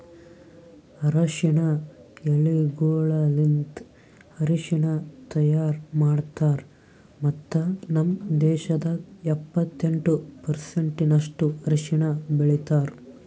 ಅರಶಿನ ಎಲಿಗೊಳಲಿಂತ್ ಅರಶಿನ ತೈಯಾರ್ ಮಾಡ್ತಾರ್ ಮತ್ತ ನಮ್ ದೇಶದಾಗ್ ಎಪ್ಪತ್ತೆಂಟು ಪರ್ಸೆಂಟಿನಷ್ಟು ಅರಶಿನ ಬೆಳಿತಾರ್